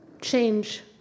change